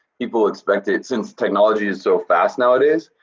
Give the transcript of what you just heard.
people expect that since technology is so fast nowadays,